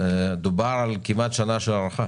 דובר על כמעט שנה של הארכה